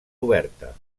oberta